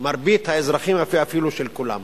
מרבית האזרחים, אפילו של כולם.